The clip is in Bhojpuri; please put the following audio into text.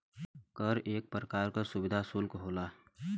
कर एक परकार का सुविधा सुल्क होला